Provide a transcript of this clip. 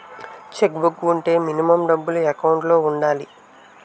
Check book వుంటే minimum డబ్బులు account లో ఉండాలి?